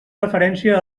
referència